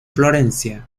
florencia